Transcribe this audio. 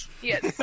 Yes